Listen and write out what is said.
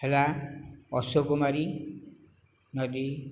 ହେଲା ଅସ୍ୟକୁମାରୀ ନଦୀ